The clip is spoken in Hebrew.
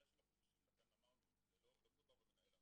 שלא חוששים, לכן אמרנו, לא מדובר במנהל המעון.